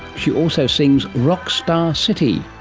she also sings rock star city,